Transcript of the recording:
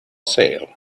sale